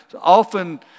often